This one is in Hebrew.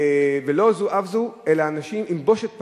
ולא זו אף זו, אלא עם בושת פנים.